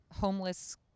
homeless